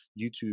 YouTube